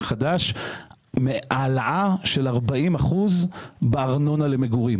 חדש העלאה של 40 אחוזים בארנונה למגורים.